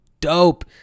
dope